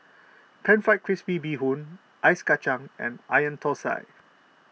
Pan Fried Crispy Bee Hoon Ice Kachang and Onion Thosai